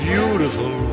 Beautiful